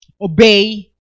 obey